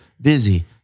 busy